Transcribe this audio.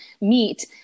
meet